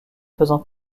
faisant